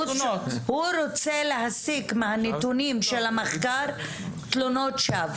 הוא רוצה להסיק מהנתונים של המחקר תלונות שווא.